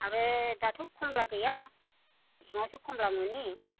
आरो दाथ' कमला गैया मेसेङावसो कमला मोनो